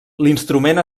l’instrument